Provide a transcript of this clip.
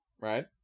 right